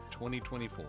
2024